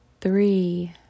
three